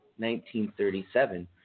1937